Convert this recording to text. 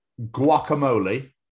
guacamole